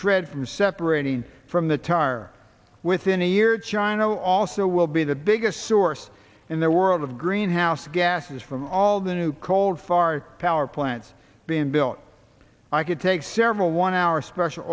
tread from separating from the tire within a year china will also will be the biggest source in the world of greenhouse gases from all the new cold far power plants being built i could take several one hour special